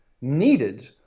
needed